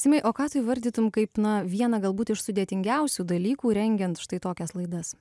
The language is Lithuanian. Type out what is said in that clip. simai o ką tu įvardytum kaip na vieną galbūt iš sudėtingiausių dalykų rengiant štai tokias laidas